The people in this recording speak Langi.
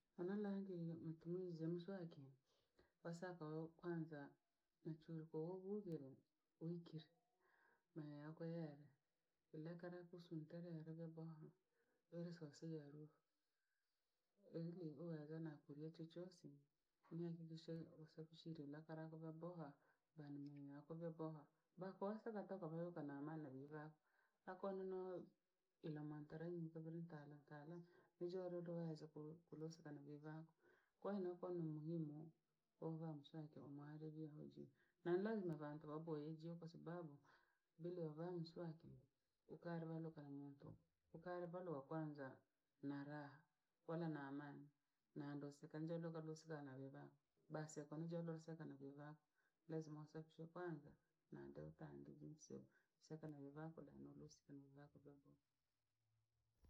hanalangeye matumizi ya muswaki osaka kwanza nchuruko obhugero wikiri mee yako yera. Ile kare kosunta rerere boha rere sose ya ruha ehi leo waza na kulya chochose kunyakikishe osafishe rirakara kobha boha bhano mwe akovye goha bhakuose khatoko bhayokanamhana bhibha akono ila mantarai ntori ntare ntare mijororo hazi ko- korosuka na vii vane, kwenoko ne muhimu kovaa mswaki omwarerya hoji. Na ni lazima bhantu bhaboeje kwa sababu bile ova mswaki okarewarokara muntu. Ukarevaro wa kwanza na raa, kuwa na- naamani, na ndo sekanjo rogaroseka nawe raa, basi akamujoro seka na vii vaa lazima osafishe kwanza na ndo tanderizo saka na vii vaa kodanorusko ne vaa kodogo.